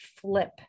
flip